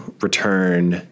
return